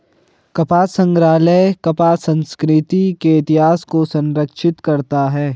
कपास संग्रहालय कपास संस्कृति के इतिहास को संरक्षित करता है